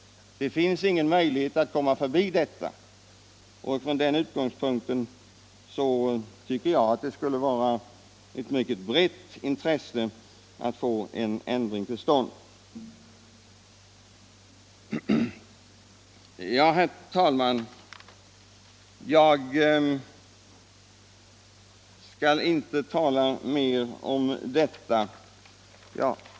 Det finns ingen möjlighet att komma förbi detta. Från den utgångspunkten borde det vara ett mycket brett intresse att få en ändring till stånd. Jag skall, herr talman, inte tala mer om detta.